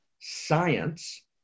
science